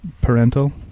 Parental